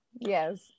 Yes